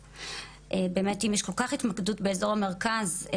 אם יש כל כך התמקדות באזור המרכז,